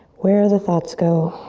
where the thoughts go,